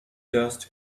dust